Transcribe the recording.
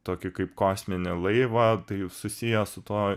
tokį kaip kosminį laivą tai susiję su tuo